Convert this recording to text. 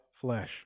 flesh